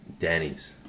Denny's